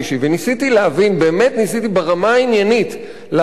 באמת ניסיתי ברמה העניינית להבין מהו החשש